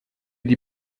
die